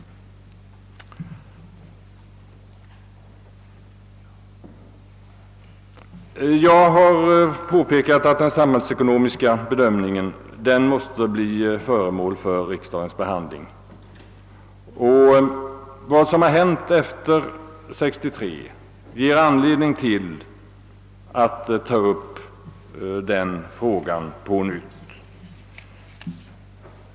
Jag har påpekat att den samhällsekonomiska bedömningen måste bli föremål för riksdagens behandling. Vad som har hänt efter 1963 ger anledning till att ta upp denna fråga på nytt.